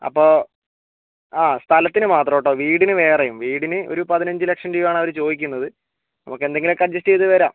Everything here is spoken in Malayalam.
അപ്പോൾ ആ സ്ഥലത്തിന് മാത്രം കേട്ടോ വീടിന് വേറെയും വീടിന് ഒരു പതിനഞ്ച് ലക്ഷം രൂപയാണ് അവർ ചോദിക്കുന്നത് നമുക്കെന്തെങ്കിലും ഒക്കെ അഡ്ജസ്റ്റ് ചെയ്തു വരാം